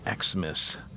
Xmas